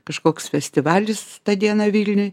kažkoks festivalis tą dieną vilniuj